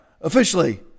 officially